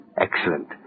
Excellent